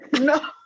no